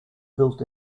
built